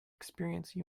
experience